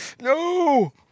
No